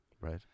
Right